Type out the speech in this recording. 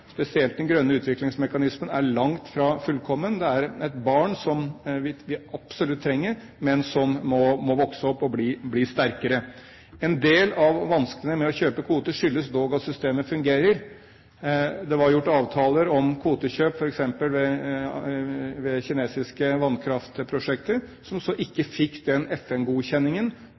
spesielt den grønne utviklingsmekanismen er langt fra fullkommen. Det er et barn som vi absolutt trenger, men som må vokse opp og bli sterkere. En del av vanskene med å kjøpe kvoter skyldes dog at systemet fungerer. Det var gjort avtaler om kvotekjøp f.eks. ved kinesiske vannkraftprosjekter, som så ikke fikk den